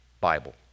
Bible